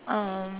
um